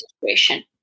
situation